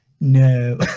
no